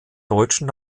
deutschen